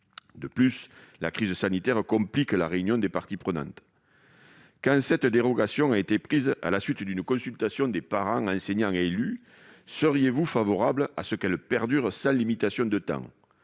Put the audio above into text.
De plus, la crise sanitaire complique la réunion des parties prenantes. Madame la secrétaire d'État, dans la mesure où cette dérogation a été prise à la suite d'une consultation des parents, enseignants et élus, seriez-vous favorable à ce qu'elle perdure sans limitation de temps ?